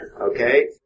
okay